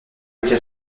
était